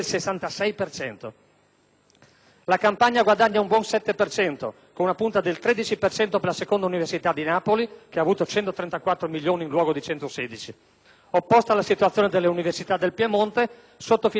La Campania guadagna un buon 7 per cento, con una punta del 13 per cento per la Seconda università di Napoli, che ha avuto 134 milioni in luogo di 116. Opposta la situazione delle università del Piemonte, sottofinanziate in media del 16